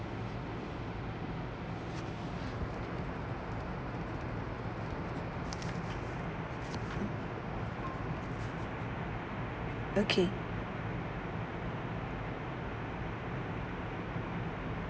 okay